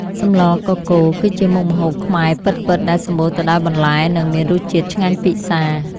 សម្លកកូរគឺជាមុខម្ហូបខ្មែរពិតៗដែលសម្បូរទៅដោយបន្លែ និងមានរសជាតិឆ្ងាញ់ពិសា។